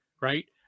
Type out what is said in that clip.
right